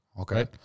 Okay